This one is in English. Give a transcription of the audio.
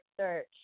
search